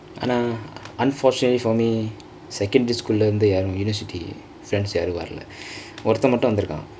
ஆனா:aanaa unfortunately for me secondary school இருந்து யாரு:irundthu yaaru university friends யா வரல ஒறுத்தெ மட்டு வந்துருக்கா:yaaru varala oruthe mattu vanthurukkaa